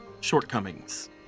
shortcomings